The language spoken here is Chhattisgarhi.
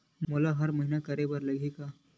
मोला हर महीना करे बर लगही का?